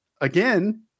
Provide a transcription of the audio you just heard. again